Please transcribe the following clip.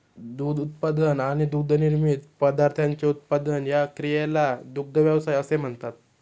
दूध उत्पादन आणि दुग्धनिर्मित पदार्थांचे उत्पादन या क्रियेला दुग्ध व्यवसाय असे म्हणतात